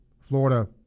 Florida